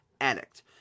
addict